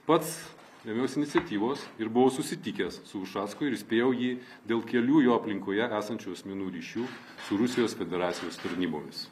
pats ėmiausi iniciatyvos ir buvau susitikęs su ušacku ir įspėjau jį dėl kelių jo aplinkoje esančių asmenų ryšių su rusijos federacijos tarnybomis